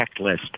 checklist